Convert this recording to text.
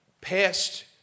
past